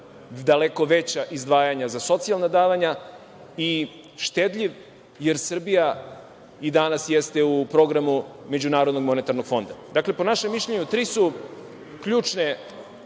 daleko veća izdvajanja za socijalna davanja i štedljiv jer Srbija i danas jeste u programu MMF-a. Dakle, po našem mišljenju, tri su ključne